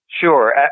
Sure